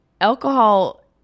Alcohol